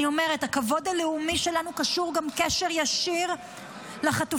אני אומרת: הכבוד הלאומי שלנו קשור גם קשר ישיר לחטופים.